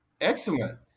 Excellent